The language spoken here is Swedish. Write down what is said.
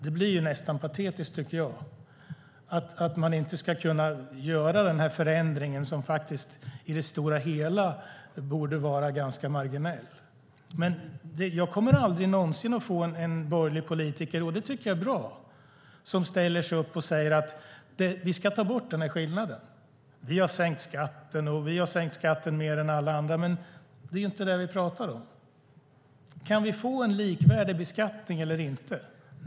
Det blir nästan patetiskt, tycker jag, att man inte ska kunna göra denna ganska marginella förändring. Men jag kommer aldrig någonsin, vilket jag tycker är bra, att få höra en borgerlig politiker säga: Vi ska ta bort denna skillnad. Ni säger att ni har sänkt skatten mer än alla andra, men det är inte det vi talar om. Kan vi få en likvärdig beskattning eller inte?